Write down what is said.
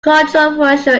controversial